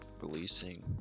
releasing